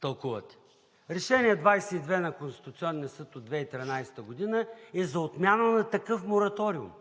тълкувате? Решение № 22 на Конституционния съд от 2013 г. е за отмяна на такъв мораториум.